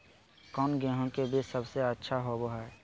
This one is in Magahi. कौन गेंहू के बीज सबेसे अच्छा होबो हाय?